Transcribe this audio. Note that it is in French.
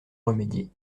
remédier